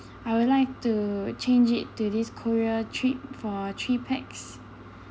I would like to change it to this korea trip for three pax